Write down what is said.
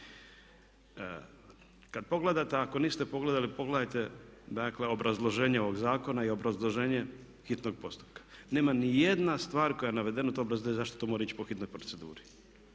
Kad pogledate, ako niste pogledali pogledajte dakle obrazloženje ovog zakona i obrazloženje hitnog postupka. Nema nijedna stvar koja je navedena u tom obrazloženju zašto to mora ići po hitnoj proceduri.